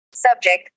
Subject